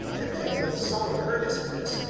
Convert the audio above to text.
and then, with solemn earnestness,